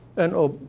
and, oh.